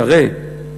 תראה,